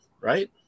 right